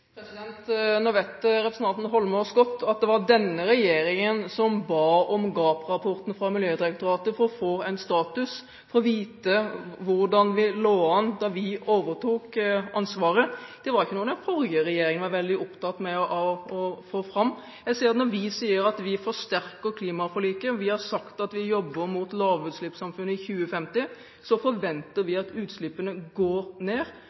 foreslått? Nå vet representanten Holmås godt at det var denne regjeringen som ba om gap-rapporten fra Miljødirektoratet for å få en status for å vite hvordan vi lå an da vi overtok ansvaret. Det var ikke noe den forrige regjeringen var veldig opptatt av å få fram. Når vi sier at vi forsterker klimaforliket, og at vi jobber mot lavutslippssamfunnet i 2050, så forventer vi at utslippene går ned.